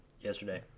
Yesterday